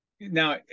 now